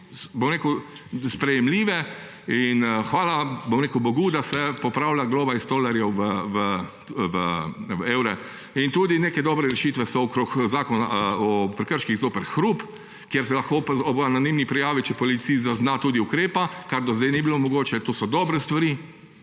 toliko sprejemljive in hvala bogu, da se popravlja globa iz tolarjev v evre. In tudi neke dobre rešitve so glede Zakona o prekrških zoper hrup, kjer se lahko ob anonimni prijavi, če policist zazna, tudi ukrepa, kar do zdaj ni bilo mogoče. To so dobre stvari.